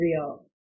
real